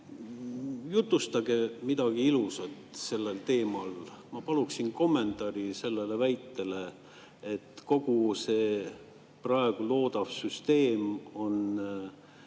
Jutustage midagi ilusat sellel teemal. Ma paluksin kommentaari sellele väitele, et kogu see praegu loodav süsteem on